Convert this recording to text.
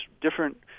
different